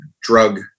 drug